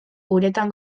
uretan